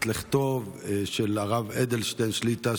את לכתו של הרב אדלשטיין שליט"א,